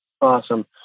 Awesome